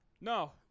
No